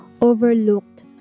overlooked